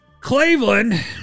Cleveland